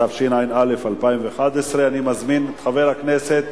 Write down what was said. התשע"א 2011, אני מזמין את חבר הכנסת